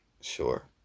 Sure